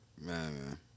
Man